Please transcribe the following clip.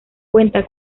cuenta